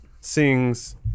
sings